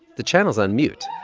the channel's on mute.